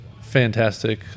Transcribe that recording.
fantastic